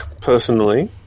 personally